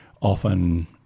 often